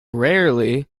rarely